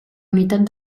unitat